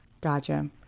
Gotcha